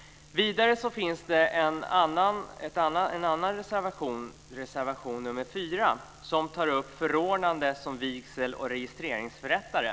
I reservation 4 tar man upp frågan om förordnanden som vigsel och registreringsförrättare.